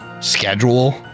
schedule